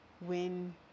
win